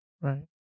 Right